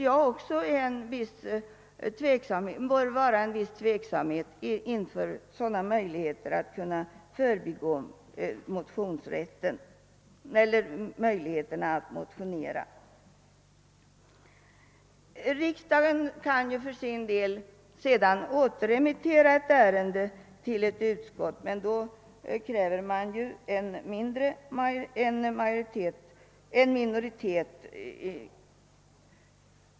Jag tycker vi bör visa någon tveksamhet inför sådana möjligheter att förbigå motionsförfarandet. Riksdagen kan återremittera ett ärende till ett utskott, och ett sådant beslut kan fattas av en minoritet.